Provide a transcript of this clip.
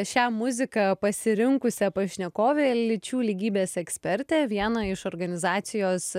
šią muziką pasirinkusią pašnekovę lyčių lygybės ekspertę vieną iš organizacijos